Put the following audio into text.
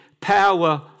power